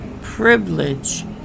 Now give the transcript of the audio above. privilege